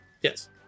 Yes